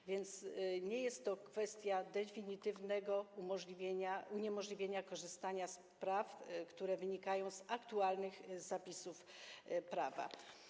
A więc nie jest to kwestia definitywnego uniemożliwienia korzystania z praw, które wynikają z aktualnych zapisów prawa.